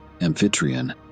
Amphitryon